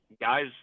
guys